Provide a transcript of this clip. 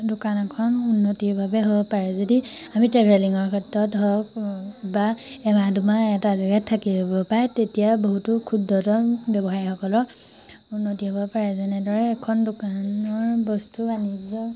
দোকান এখন উন্নতিৰ বাবে হ'ব পাৰে যদি আমি ট্ৰেভেলিঙৰ ক্ষেত্ৰত হওক বা এমাহ দুমাহ এটা জেগাত থাকি ল'ব পাৰে তেতিয়া বহুতো ক্ষুদ্ৰতম ব্যৱসায়ীসকলক উন্নতি হ'ব পাৰে যেনেদৰে এখন দোকানৰ বস্তু আনি